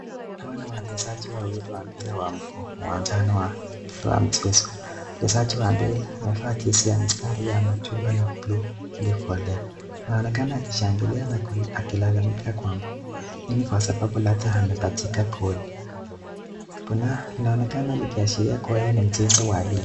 Hawa ni wachezaji wawili wa mpira wa mguu uwanjani wa mchezo, mchezaji wa mbele amevaa jezi ya mstari ya machungwa na buluu iliyokolea. Anaonekana akishangilia na akilalamika kwa nguvu, hii ni kwa sababu labda amepachika goli, kuna inaonekana ikiashiria hii ni mchezo wa ligi.